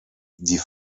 die